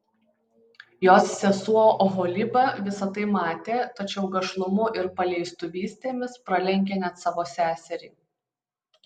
jos sesuo oholiba visa tai matė tačiau gašlumu ir paleistuvystėmis pralenkė net savo seserį